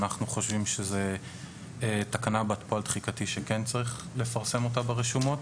ואנחנו חושבים שזוהי תקנה בת פועל תחיקתי שכן צריך לפרסם אותה ברשומות.